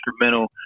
instrumental